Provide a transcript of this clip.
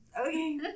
Okay